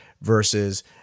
versus